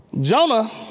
Jonah